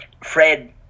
Fred